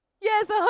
Yes